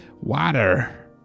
Water